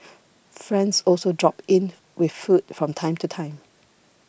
friends also drop in with food from time to time